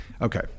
okay